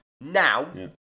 now